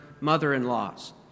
mother-in-law's